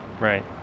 Right